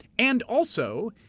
and also,